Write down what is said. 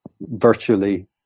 virtually